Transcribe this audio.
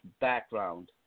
background